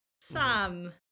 Sam